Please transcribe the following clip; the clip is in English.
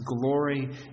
glory